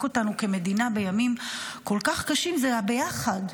אותנו כמדינה בימים כל כך קשים הוא הביחד,